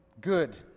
good